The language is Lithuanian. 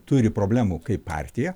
turi problemų kaip partija